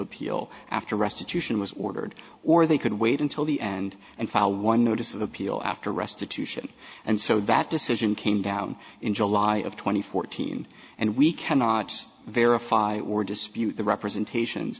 appeal after restitution was ordered or they could wait until the end and file one notice of appeal after restitution and so that decision came down in july of two thousand and fourteen and we cannot verify or dispute the representations